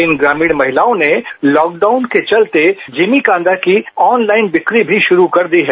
इन ग्रामीण महिलाओं ने लॉकडाउन के चलते जिमी कांदा की ऑनलाइन बिक्री भी शुरू कर दी है